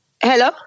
Hello